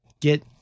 get